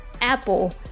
Apple